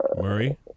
Murray